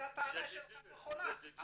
הטענה שלך נכונה.